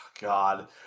god